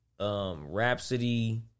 Rhapsody